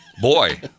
boy